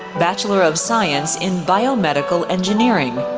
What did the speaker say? bachelor of science in biomedical engineering.